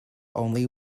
only